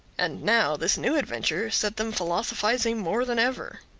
and now this new adventure set them philosophising more than ever.